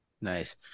Nice